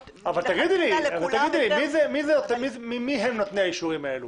תגידי לי, מי הם נותני האישורים האלה?